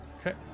Okay